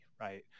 right